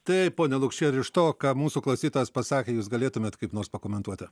taip pone lukšy ar iš to ką mūsų klausytojas pasakė jūs galėtumėt kaip nors pakomentuoti